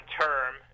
term